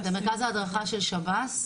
זה מרכז ההדרכה של שב"ס,